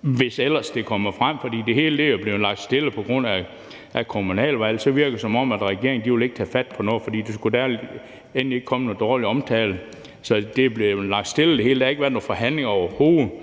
hvis ellers det kommer frem, for det hele er jo blevet lagt stille på grund af kommunalvalg; så virker det, som om regeringen ikke vil tage fat på noget, fordi der endelig ikke skulle komme noget dårlig omtale. Så det hele er blevet lagt stille, og der har overhovedet